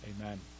Amen